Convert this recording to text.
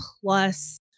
plus